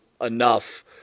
enough